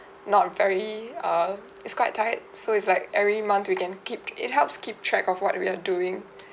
not very err it's quite tight so it's like every month we can keep it helps keep track of what we are doing